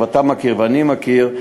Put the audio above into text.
אתה מכיר ואני מכיר,